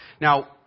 Now